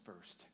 first